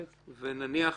נכון.